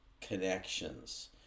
connections